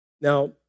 now